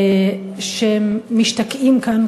שהם משתקעים כאן,